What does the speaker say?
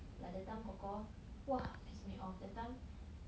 like that time kor kor !wah! piss me off that time